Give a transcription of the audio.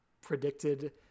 predicted